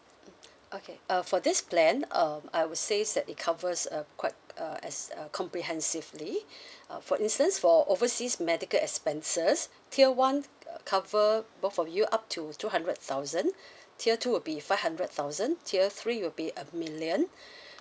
okay uh for this plan um I would says that it covers a quite uh as uh comprehensively uh for instance for overseas medical expenses tier one cover both of you up to two hundred thousand tier two would be five hundred thousand tier three will be a million